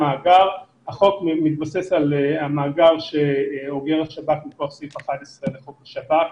החוק מתבסס על המאגר שאוגר השב"כ מכוח סעיף 11 לחוק השב"כ.